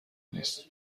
نیست